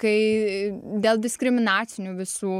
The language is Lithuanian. kai dėl diskriminacinių visų